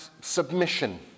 submission